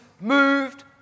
moved